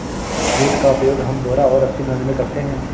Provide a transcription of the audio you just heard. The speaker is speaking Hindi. जूट का उपयोग हम बोरा और रस्सी बनाने में करते हैं